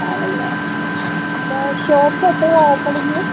ആണല്ലേ അപ്പോൾ ഷോപ്പ് എപ്പോഴാണ് ഓപ്പണിങ്